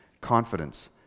confidence